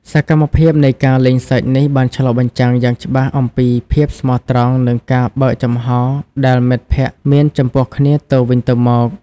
សកម្មភាពនៃការលេងសើចនេះបានឆ្លុះបញ្ចាំងយ៉ាងច្បាស់អំពីភាពស្មោះត្រង់ និងភាពបើកចំហរដែលមិត្តភក្តិមានចំពោះគ្នាទៅវិញទៅមក។